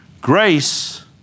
Grace